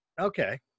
Okay